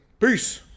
peace